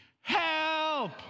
Help